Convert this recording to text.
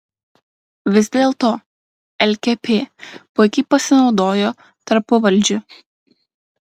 vis dėlto lkp puikiai pasinaudojo tarpuvaldžiu